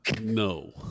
no